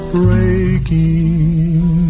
breaking